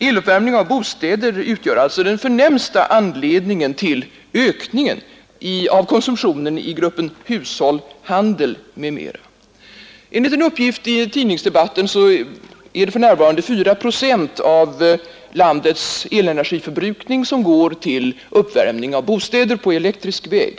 Eluppvärmning av bostäder utgör alltså den förnämsta anledningen till ökningen av konsumtionen i gruppen hushåll, handel m.m. Enligt en uppgift i tidningsdebatten är det för närvarande 4 procent av landets elenergiförbrukning som går till uppvärmning av bostäder på elektrisk väg.